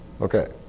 okay